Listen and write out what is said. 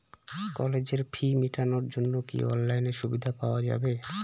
কলেজের ফি মেটানোর জন্য কি অনলাইনে সুবিধা পাওয়া যাবে?